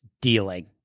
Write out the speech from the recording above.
dealing